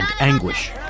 anguish